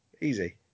Easy